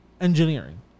engineering